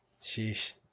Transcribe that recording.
sheesh